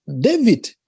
David